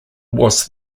was